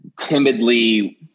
timidly